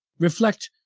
reflect,